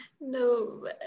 No